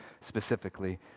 specifically